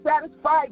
satisfied